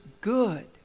good